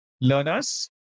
learners